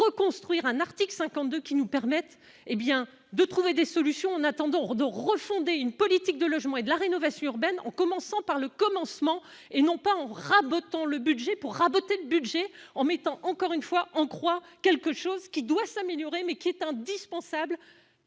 reconstruire un article 52 qui nous permettent, hé bien de trouver des solutions attend dehors de refonder une politique de logement et de la rénovation urbaine, en commençant par le commencement et non pas en rabotant le budget pour raboter le budget en mettant encore une fois en croire quelque chose qui doit s'améliorer, mais qui est indispensable